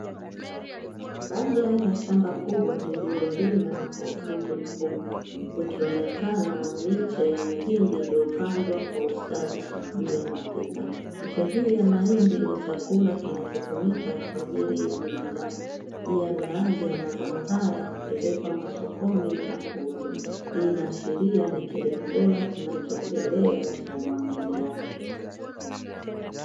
Moja ya shamba kubwa lililolimwa kwa ufundi mkubwa huku ikionekana miche ya mihindi iliyopandwa kwa ustadi juu ya matrita. Miche hii ya mahindi ni chakula kinachotumika kwa ajili ya binadamu. Pia baadhi ya mazao haya hupelekwa masokoni na kuuzwa. Hii inaashiria ni kilimo bora kinachoendelea cha umwagiliaji.